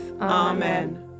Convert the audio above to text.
Amen